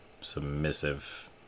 submissive